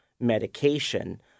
medication